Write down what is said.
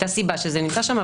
היתה סיבה שזה נמצא שם.